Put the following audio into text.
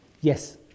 Yes